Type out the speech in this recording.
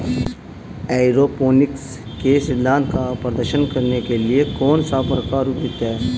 Aeroponics के सिद्धांत का प्रदर्शन करने के लिए कौन सा प्रकार उपयुक्त है?